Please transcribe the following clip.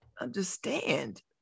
understand